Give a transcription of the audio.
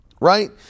right